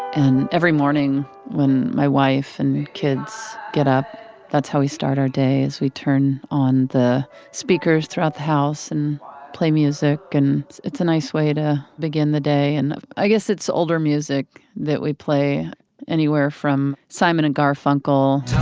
and every morning when my wife and kids get up, that's how we start our day, is we turn on the speakers throughout the house and play music and it's a nice way to begin the day. and i guess it's older music that we play anywhere from simon and garfunkel